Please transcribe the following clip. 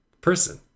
person